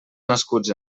nascuts